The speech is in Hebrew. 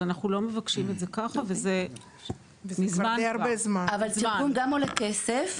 התרגום גם עולה כסף,